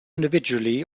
individually